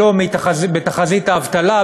לא בתחזית האבטלה,